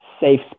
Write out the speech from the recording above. safe